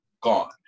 gone